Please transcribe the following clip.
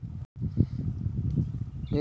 వెదురును వివిధ దేశాలకు కూడా ఎగుమతి చేస్తున్నారు